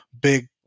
big